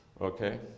okay